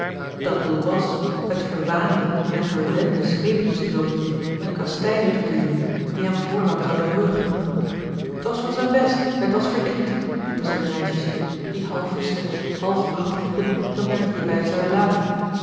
dat doel was het verwaande en verwende schepenszoontje een kastijding toe te dienen die hem voorlang zoude heugen t was voor zijn best en t was verdiend riepen zij de meisjes toe die half verschrikt half lachend riepen dat men t hierbij zoude laten